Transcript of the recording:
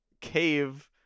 cave